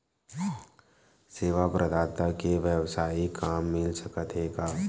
सेवा प्रदाता के वेवसायिक काम मिल सकत हे का?